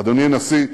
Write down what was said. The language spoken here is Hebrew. אדוני הנשיא,